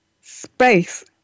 space